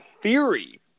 Theory